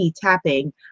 tapping